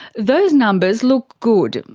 those numbers look good,